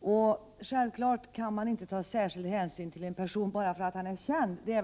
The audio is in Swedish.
Man kan självfallet inte ta särskild hänsyn till en person bara därför att han är känd.